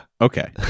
Okay